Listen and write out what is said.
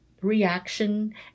reaction